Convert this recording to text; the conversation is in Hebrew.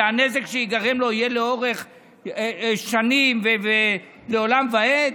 והנזק שייגרם לו יהיה לאורך שנים ולעולם ועד?